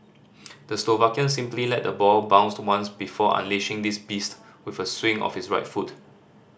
the Slovakian simply let the ball bounced once before unleashing this beast with a swing of his right foot